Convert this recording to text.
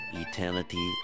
eternity